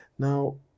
Now